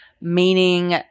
Meaning